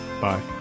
bye